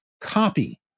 copy